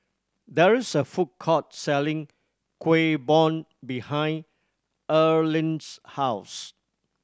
there is a food court selling Kuih Bom behind Earlene's house